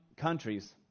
countries